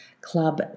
club